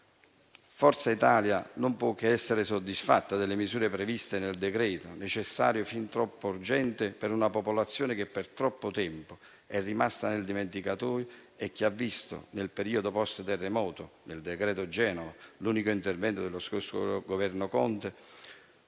Forza Italia non può che essere soddisfatta delle misure previste nel decreto-legge, necessario e fin troppo urgente per una popolazione che per troppo tempo è rimasta nel dimenticatoio e che ha visto nel periodo *post* terremoto, nel decreto-legge cosiddetto Genova, l'unico intervento dello stesso Governo Conte,